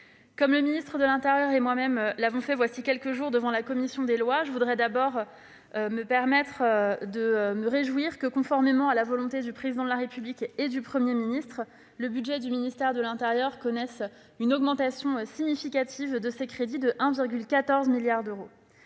Comme le ministre de l'intérieur et moi-même l'avons fait, voilà quelques jours, devant la commission des lois, je veux tout d'abord me réjouir que, conformément à la volonté du Président de la République et du Premier ministre, le budget du ministère de l'intérieur connaisse une augmentation significative de ses crédits, de 1,14 milliard d'euros.